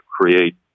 create